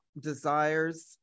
desires